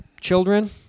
children